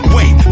Wait